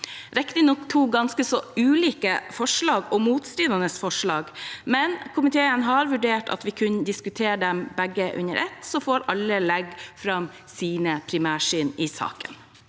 riktignok to ganske så ulike og motstridende forslag, men komiteen har vurdert at vi kan diskutere begge under ett, så får alle legge fram sine primærsyn i saken.